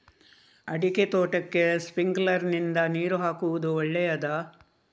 ಅಡಿಕೆ ತೋಟಕ್ಕೆ ಸ್ಪ್ರಿಂಕ್ಲರ್ ನಿಂದ ನೀರು ಹಾಕುವುದು ಒಳ್ಳೆಯದ?